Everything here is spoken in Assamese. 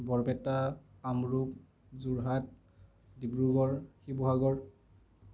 বৰপেটা কামৰূপ যোৰহাট ডিব্ৰুগড় শিৱসাগৰ